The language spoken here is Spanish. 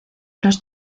los